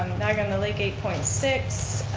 niagara on the lake, eight point six.